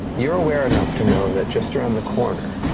you're aware enough to know that just around the corner,